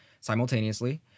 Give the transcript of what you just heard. simultaneously